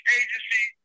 agency